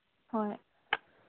ꯍꯣꯏ